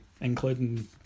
including